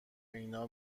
اینا